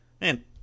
Man